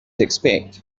expect